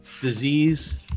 disease